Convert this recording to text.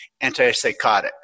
antipsychotics